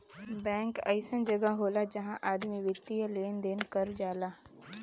bank अइसन जगह होला जहां आदमी वित्तीय लेन देन कर जाला